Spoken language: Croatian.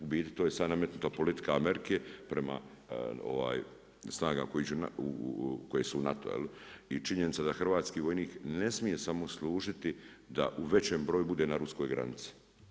U biti to je samo nametnuta politika Amerike prema snaga koje su u NATO-u i činjenica da hrvatski vojnik ne smije samo služiti da u većem broju bude na Ruskoj granici.